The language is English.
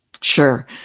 Sure